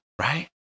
right